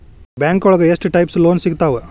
ಬ್ಯಾಂಕೋಳಗ ಎಷ್ಟ್ types loan ಸಿಗ್ತಾವ?